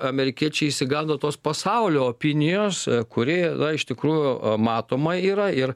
amerikiečiai išsigando tos pasaulio opinijos kuri iš tikrųjų matoma yra ir